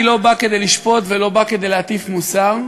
אני לא בא כדי לשפוט ולא בא כדי להטיף מוסר.